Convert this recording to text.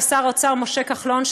לשר האוצר משה כחלון,